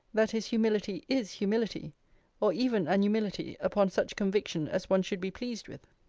that his humility is humility or even an humility upon such conviction as one should be pleased with.